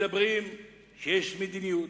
מדברים שיש מדיניות.